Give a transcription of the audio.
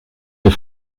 tes